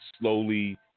slowly